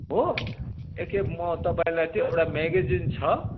हो एक खेप म तपाईँलाई त्यो एउटा मेगेजिन छ